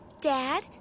dad